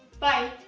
bye